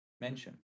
mention